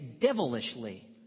devilishly